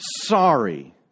sorry